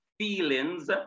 feelings